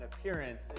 appearance